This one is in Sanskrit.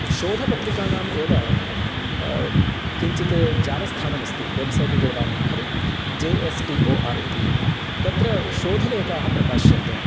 शोधपत्रिकाणाम् एव किञ्चित् जालस्थानम् अस्ति वेब्सैट् इति वदामः खलु J S T O R इति तत्र शोधलेकाः प्रकाश्यन्ते